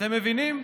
אתם מבינים?